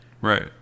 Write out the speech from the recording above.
Right